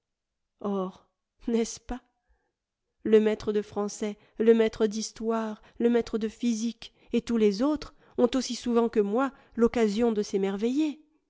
or n'est-ce pas le maître de français le maître d'histoire le maître de physique et tous les autres ont aussi souvent que moi l'occasion de s'émerveiller